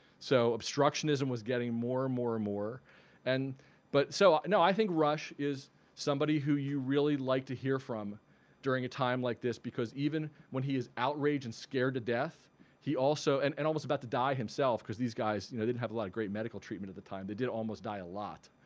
so obstructionism was getting more and more and more and but so no i think rush is somebody who you really like to hear from during a time like this because even when he is outraged and scared to death he also and and almost about to die himself because these guys you know didn't have a lot of great medical treatment at the time. they did almost die a lot.